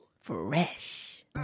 Fresh